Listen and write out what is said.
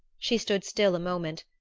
she stood still a moment,